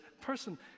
person